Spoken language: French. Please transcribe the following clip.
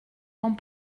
dans